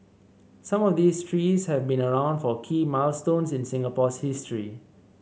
some of these trees have been around for key milestones in Singapore's history